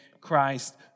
Christ